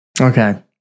Okay